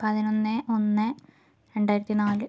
പതിനൊന്ന് ഒന്ന് രണ്ടായിരത്തി നാല്